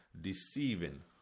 deceiving